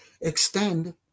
extend